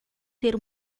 ter